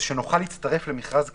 שנוכל להצטרף למכרז קיים,